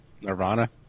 Nirvana